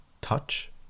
touch